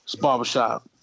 Barbershop